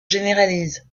généralise